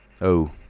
Oh